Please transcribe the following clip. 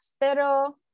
Pero